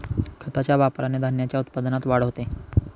खताच्या वापराने धान्याच्या उत्पन्नात वाढ होते